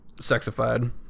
sexified